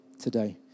today